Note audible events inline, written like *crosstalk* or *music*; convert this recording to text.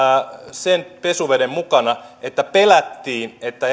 sen pesuveden mukana että pelättiin että *unintelligible*